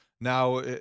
now